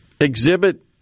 exhibit